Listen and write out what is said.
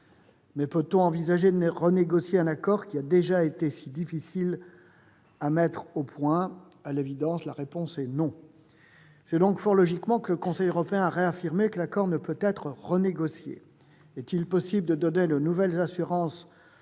Mais peut-on envisager de renégocier un accord qu'il a déjà été si difficile de mettre au point ? À l'évidence, la réponse est non. C'est donc fort logiquement que le Conseil européen a réaffirmé que l'accord ne peut être renégocié. Est-il possible de donner de nouvelles assurances